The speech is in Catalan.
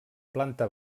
planta